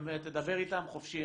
תדבר איתם חופשי,